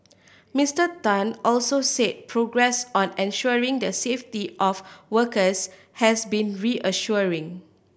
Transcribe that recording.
Mister Tan also said progress on ensuring the safety of workers has been reassuring